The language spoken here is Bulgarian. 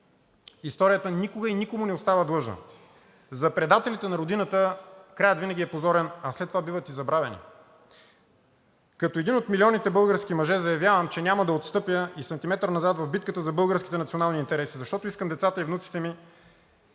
историята никога и никому не остава длъжна. За предателите на Родината краят винаги е позорен, а след това биват и забравени. Като един от милионите български мъже заявявам, че няма да отстъпя и сантиметър назад в битката за българските национални интереси, защото искам децата и внуците ми